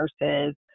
nurses